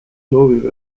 soovib